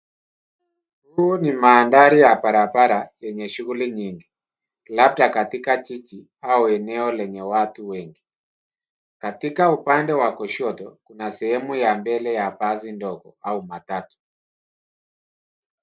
Huu ni mandhari ya barabara yenye shughuli nyingi, labda katika jiji au eneo lenye watu wengi. Katika upande wa kushoto kuna sehemu ya mbele ya basi ndogo au matatu.